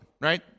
right